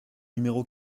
numéro